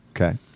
Okay